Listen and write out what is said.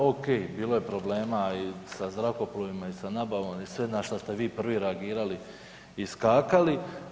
Ok, bilo je problema i sa zrakoplovima i sa nabavom i sve na što ste vi prvi reagirali i skakali.